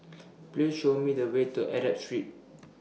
Please Show Me The Way to Arab Street